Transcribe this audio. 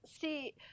see –